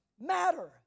matter